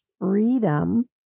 freedom